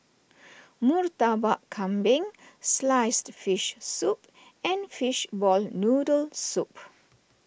Murtabak Kambing Sliced Fish Soup and Fishball Noodle Soup